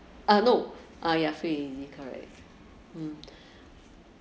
uh no ah ya free and easy correct mm